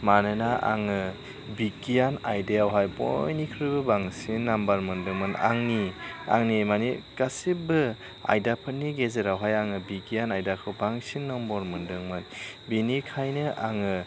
मानोना आङो बिगियान आयदायावहाय बयनिख्रुइबो बांसिन नाम्बार मोनदोंमोन आंनि मानि गासिबो आयदाफोरनि गेजेरावहाय आङो बिगियान आयदाखौ बांसिन नम्बर मोनदोंमोन बेनिखाइनो आङो